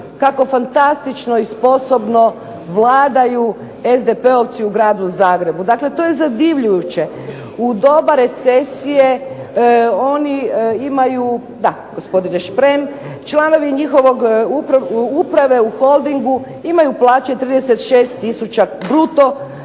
kako fantastično i sposobno vladaju SDP-ovci u gradu Zagrebu. Dakle to je zadivljujuće. U doba recesije oni imaju, da gospodine Šprem, članovi njihovog uprave u Holdingu imaju plaće 36 tisuća bruto,